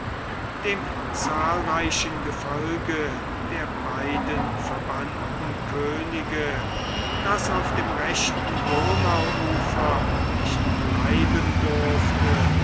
dem zahlreichen gefolge der beiden verbannten könige das auf dem rechten donauufer nicht bleiben durfte